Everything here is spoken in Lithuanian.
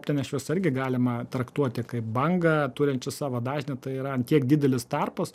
optinė šviesa irgi galima traktuoti kaip bangą turinčius savo dažnį tai yra ant tiek didelis tarpas